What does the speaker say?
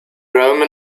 roman